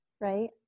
right